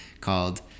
called